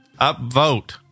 Upvote